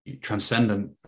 transcendent